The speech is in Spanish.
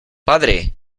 padre